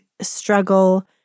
struggle